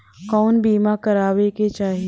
कउन बीमा करावें के चाही?